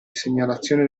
segnalazione